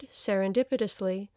serendipitously